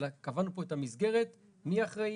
אלא קבענו פה את המסגרת מי אחראי,